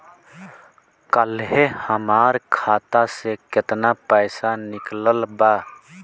काल्हे हमार खाता से केतना पैसा निकलल बा?